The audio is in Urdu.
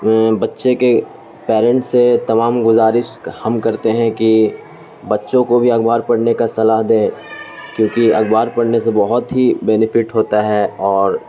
بچے کے پیرنٹ سے تمام گزارش ہم کرتے ہیں کہ بچوں کو بھی اخبار پڑھنے کا صلاح دیں کیونکہ اخبار پڑھنے سے بہت ہی بینیفٹ ہوتا ہے اور